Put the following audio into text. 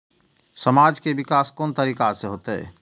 समाज के विकास कोन तरीका से होते?